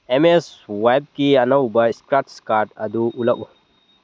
M S ꯋꯥꯏꯞꯒꯤ ꯑꯅꯧꯕ ꯏꯁꯀ꯭ꯔꯥꯁ ꯀꯥꯔꯠ ꯑꯗꯨ ꯎꯠꯂꯛꯎ